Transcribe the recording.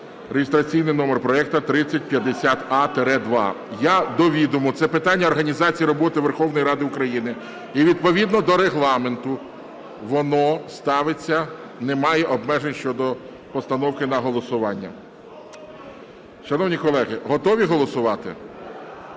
(реєстраційний номер проекту 3050а-2). До відома, це питання організації роботи Верховної Ради України і відповідно до Регламенту воно ставиться, немає обмежень щодо постановки на голосування. Шановні колеги, готові голосувати?